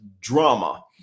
drama